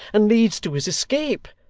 and leads to his escape.